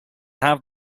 have